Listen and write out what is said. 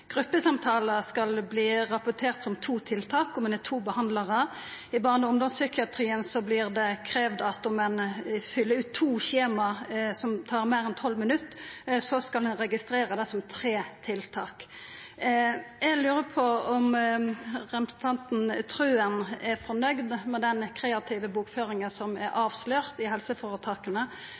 Gruppesamtalar skal verta rapporterte som to tiltak om det er to behandlarar. I barne- og ungdomspsykiatrien vert det kravd at om ein fyller ut to skjema som tar meir enn tolv minutt, skal ein registrera det som tre tiltak. Eg lurar på om representanten Wilhelmsen Trøen er fornøgd med den kreative bokføringa som er avslørt i helseføretaka,